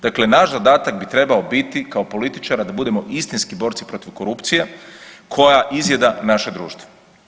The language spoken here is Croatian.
Dakle, naš zadatak bi trebao biti i kao političara da budemo istinski borci protiv korupcije koja izjeda naše društvo.